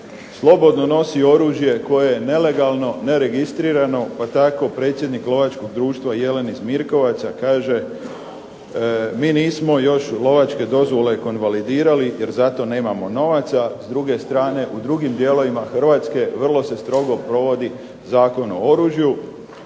slobodno nosi oružje koje je nelegalno, neregistrirano pa tako predsjednik Lovačkog društva "Jelen" iz Mirkovaca kaže: mi nismo još lovačke dozvole konvalidirali jer za to nemamo novaca. S druge strane, u drugim dijelovima Hrvatske vrlo se strogo provodi Zakon o oružju.